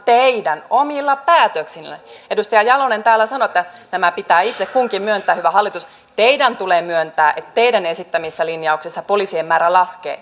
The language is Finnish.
teidän omilla päätöksillänne edustaja jalonen täällä sanoi että nämä pitää itse kunkin myöntää hyvä hallitus teidän tulee myöntää että teidän esittämissänne linjauksissa poliisien määrä